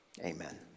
amen